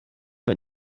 für